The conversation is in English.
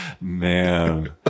man